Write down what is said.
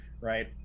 right